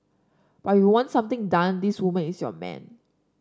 but you want something done this woman is your man